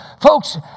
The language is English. Folks